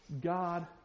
God